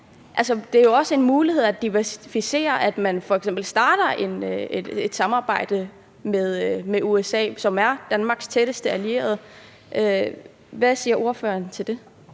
det er jo også en mulighed at diversificere, så man f.eks. starter et samarbejde med USA, som er Danmarks tætteste allierede. Hvad siger ordføreren til det?